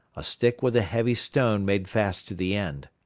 a stick with a heavy stone made fast to the end.